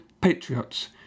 Patriots